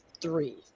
three